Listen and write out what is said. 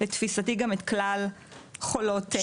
לדעתי את כלל חולות הסרטן.